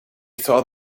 thought